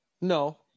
No